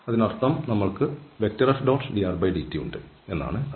അതിനാൽ അതിനർത്ഥം നമ്മൾക്ക് Fdrdt ഉണ്ട് എന്നാണ്